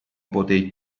potè